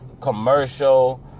commercial